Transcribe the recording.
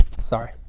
sorry